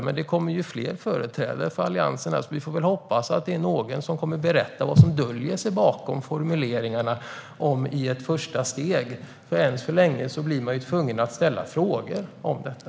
Men det kommer ju fler företrädare för Alliansen, så jag hoppas att det är någon som berättar vad som döljer sig bakom formuleringarna om i ett första steg. Än så länge blir man tvungen att ställa frågor om detta.